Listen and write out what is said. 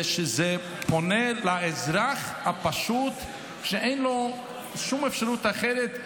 שזה פונה לאזרח הפשוט שאין לו שום אפשרות אחרת,